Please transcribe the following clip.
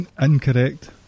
Incorrect